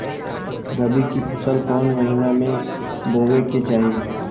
रबी की फसल कौने महिना में बोवे के चाही?